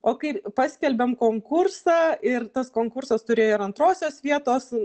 o kai paskelbėm konkursą ir tas konkursas turėjo ir antrosios vietos